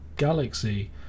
galaxy